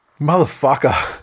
Motherfucker